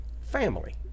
family